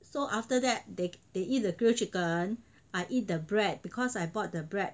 so after that they they eat the grill chicken I eat the bread because I bought the bread